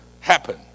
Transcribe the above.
happen